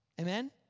Amen